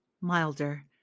Milder